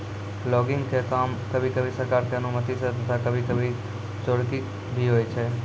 logging के काम कभी कभी सरकार के अनुमती सॅ तथा कभी कभी चोरकी भी होय छै